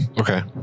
Okay